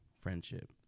friendship